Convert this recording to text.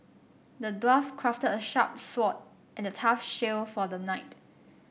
the dwarf crafted a sharp sword and a tough shield for the knight